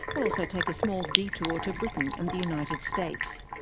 we'll also take a small detour to britain and the united states.